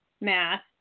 math